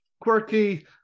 quirky